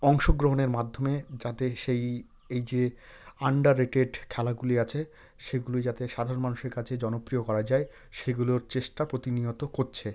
অংশগ্রহণের মাধ্যমে যাতে সেই এই যে আন্ডার রেটেড খেলাগুলি আছে সেগুলি যাতে সাধারণ মানুষের কাছে জনপ্রিয় করা যায় সেগুলোর চেষ্টা প্রতিনিয়ত করছে